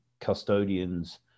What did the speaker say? custodians